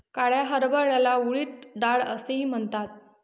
काळ्या हरभऱ्याला उडीद डाळ असेही म्हणतात